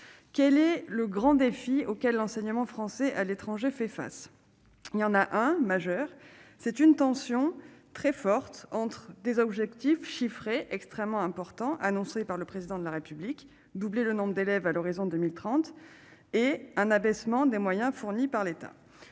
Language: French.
quel est le grand défi auquel l'enseignement français à l'étranger fait face, il y en a un, majeur, c'est une tension très forte entre des objectifs chiffrés extrêmement important, annoncé par le président de la République, doubler le nombre d'élèves à l'horizon 2030 et un abaissement des moyens fournis par l'État,